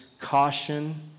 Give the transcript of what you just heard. caution